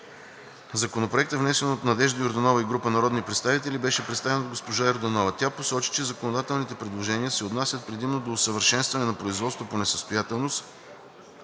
Законопроектът, внесен от Надежда Йорданова и група народни представители, беше представен от госпожа Йорданова. Тя посочи, че законодателните предложения се отнасят предимно до усъвършенстване на производството по несъстоятелност